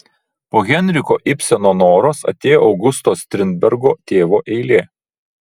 po henriko ibseno noros atėjo augusto strindbergo tėvo eilė